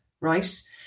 right